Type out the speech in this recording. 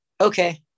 okay